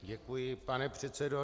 Děkuji, pane předsedo.